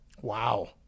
Wow